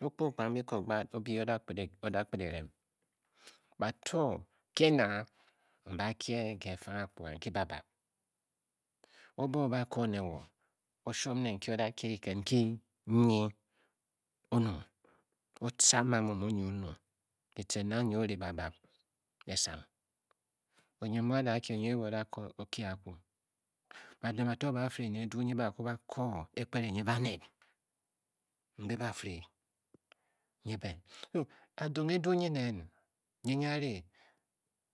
O kpa o kpang Biko gbad o-bii o-da kped o da kped e-rem bato kena mba kie kefang akpuga nyi babab. o ba o-ba Koo ne wo. o shuom ne nki o-da kye kiked nki nyi o-nyiung. o tca a mu mu nyi o-nyiung ki tcen na nyi o-ri babab esang. onyin mu a da kye nyi o–yip o-da ko o kye akwu. Baned bato ba-fire ne edu nyi ba kwu ba Koo ekpere nyi baned mbe ba fire nyi bê Azong edu nyi nen. nyi nyi a ri.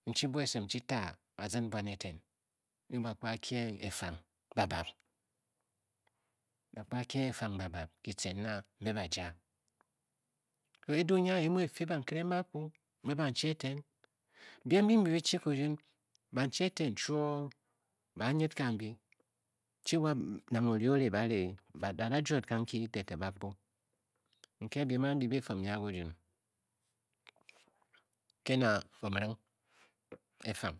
ndu bua esim n-chi ta azin buan eten nyi ba kwu ba kier efeng babab kitchen nna mbe ba jia. edu nyi aanyi e mu xen fii bakire mbe akwu mbe ba chi eten Biem mbi nyi chi kurun banchi eten chuoo ba a-nyid kanbi chi wa nang ori ori ba da-jwo kanki te te ba-kpo. Nke Biem ambi bi fin nya? Kinun. ke na omiring e fang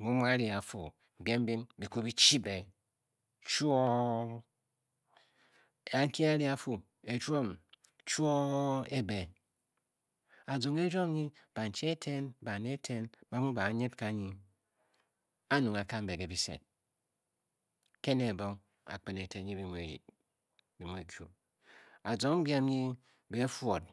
mu mu a ri a Fu Biem mbin bi kwu bi chu be chuoo. a a nki a-ri a Fu erwom chuoo e-be e. azong erwom nyin banchi eten bane eten ba mu uba a nyid kanyi a a-nyiung a Kam be ke bise ke na ebong? ajpen elen nyi bi mu nyi. bi mu u Kyu. azong Biem nyi be e-fwod